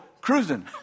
cruising